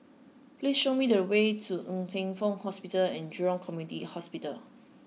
please show me the way to Ng Teng Fong Hospital and Jurong Community Hospital